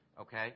Okay